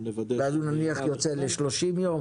יוצא ל-30 יום?